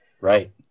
Right